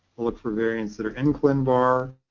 look for variants that are in clinvar.